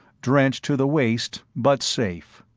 drenched to the waist but safe.